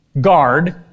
guard